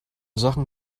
sachen